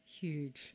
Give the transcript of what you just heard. Huge